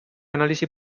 analisi